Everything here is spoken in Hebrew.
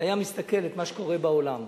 והיה מסתכל על מה שקורה בעולם,